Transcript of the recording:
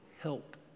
help